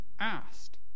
asked